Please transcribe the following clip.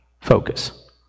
focus